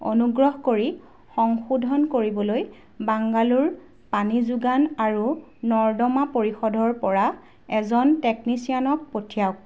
অনুগ্ৰহ কৰি সংশোধন কৰিবলৈ বাংগালোৰ পানী যোগান আৰু নৰ্দমা পৰিষদৰ পৰা এজন টেকনিচিয়ানক পঠিয়াওক